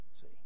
See